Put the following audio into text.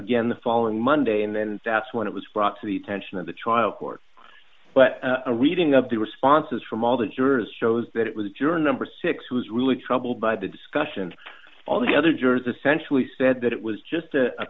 again the following monday and then that's when it was brought to the tension of the trial court but a reading of the responses from all the jurors shows that it was adjourned number six who was really troubled by the discussions all the other jurors essentially said that it was just a